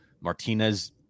Martinez